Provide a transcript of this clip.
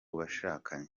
bashakanye